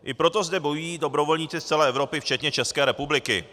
I proto zde bojují dobrovolníci z celé Evropy včetně České republiky.